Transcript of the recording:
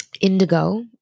Indigo